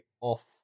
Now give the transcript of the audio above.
off